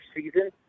season